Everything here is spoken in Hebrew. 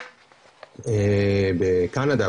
בקנדה,